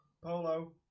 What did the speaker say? Polo